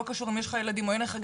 לא קשור אם יש לך ילדים או אין לך,